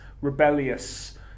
rebellious